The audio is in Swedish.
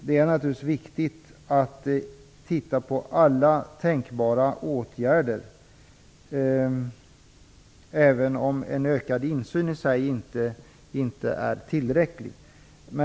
Det är naturligtvis viktigt att titta på alla tänkbara åtgärder, även om en ökad insyn i sig inte är tillräcklig.